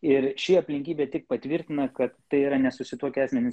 ir ši aplinkybė tik patvirtina kad tai yra nesusituokę asmenys